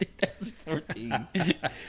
2014